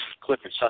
Clifford